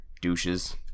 douches